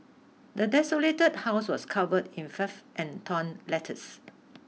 the desolated house was covered in filth and torn letters